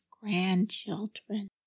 grandchildren